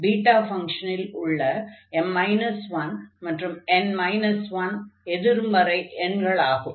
beta ஃபங்ஷனில் உள்ள m 1 மற்றும் n 1 எதிர்மறை எண்களாகும்